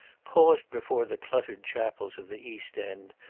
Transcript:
paused before the cluttered chapels of the east end,